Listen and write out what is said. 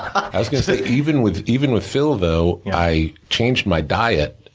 i was gonna say, even with even with phil, though, i changed my diet,